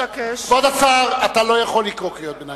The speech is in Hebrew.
כבוד השר, אתה לא יכול לקרוא קריאות ביניים.